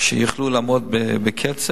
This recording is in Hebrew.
כדי שיוכלו לעמוד בקצב,